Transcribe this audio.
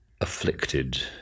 afflicted